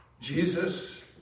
Jesus